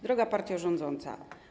Droga Partio Rządząca!